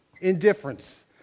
Indifference